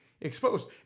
exposed